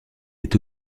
est